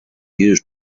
used